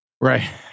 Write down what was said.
Right